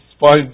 find